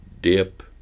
dip